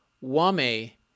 Wame